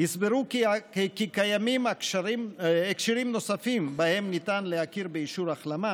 יסברו כי קיימים הקשרים נוספים שבהם ניתן להכיר באישור החלמה,